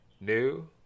new